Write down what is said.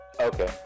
okay